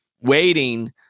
waiting